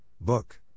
book